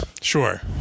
Sure